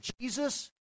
Jesus